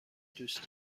دوست